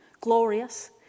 glorious